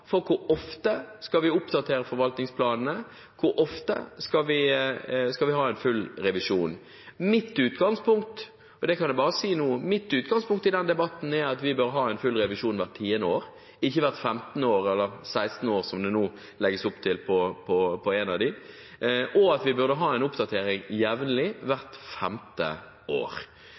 for hvor ofte vi skal oppdatere forvaltningsplanene, hvor ofte vi skal ha en full revisjon. Mitt utgangspunkt – og det kan jeg si nå – i denne debatten er at vi bør ha en full revisjon hvert tiende år, ikke hvert femtende år eller sekstende år, som det legges opp til for en av dem. Vi burde ha en oppdatering jevnlig, hvert femte år.